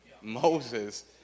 Moses